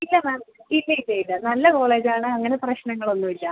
ഇല്ല മാം ഇല്ല ഇല്ല ഇല്ല നല്ല കോളേജാണ് അങ്ങനെ പ്രശ്നങ്ങളൊന്നുവില്ല